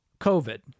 COVID